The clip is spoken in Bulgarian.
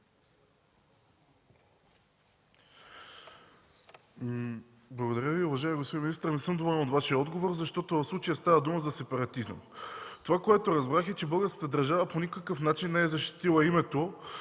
Благодаря Ви. Уважаеми господин министър, не съм доволен от Вашия отговор, защото в случая става дума за сепаратизъм. Това, което разбрах, е, че българската държава по никакъв начин не е защитила името